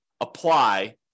apply